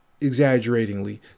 Exaggeratingly